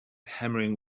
hammering